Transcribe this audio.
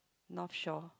north show